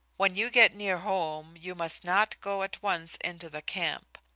when you get near home you must not go at once into the camp.